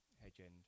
hedge-end